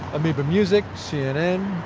amoeba music, cnn,